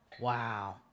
wow